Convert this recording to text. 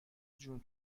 جون